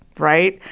right?